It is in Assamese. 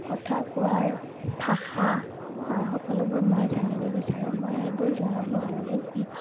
কথা কোৱাৰ ভাষা সকলোবোৰ মই জানিব বিচাৰোঁ মই এইবোৰ জনাত মই বহুত ইচ্ছুক